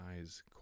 eyes